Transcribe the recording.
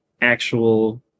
actual